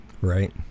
Right